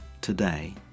today